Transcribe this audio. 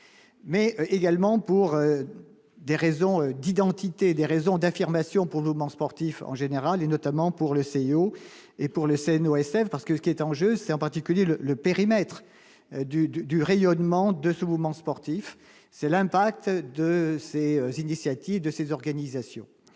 mais également pour des raisons d'identité des raisons d'affirmation pour l'bon sportif en général et notamment pour le CIO et pour les scènes OSM parce que ce qui est en jeu, c'est en particulier le le périmètre du du du rayonnement de ce mouvement sportif, c'est l'impact de ces initiatives de ces organisations